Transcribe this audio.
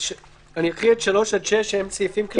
אני אקריא את 3 6 שהם סעיפים כלליים.